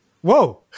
Whoa